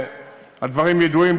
והדברים ידועים,